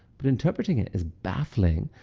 but interpreting it is baffling,